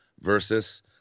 versus